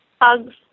Hugs